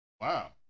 Wow